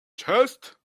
chest